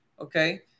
Okay